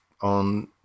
on